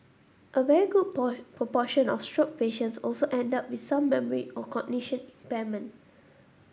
a very good proportion of stroke patients also end up with some memory or cognition impairment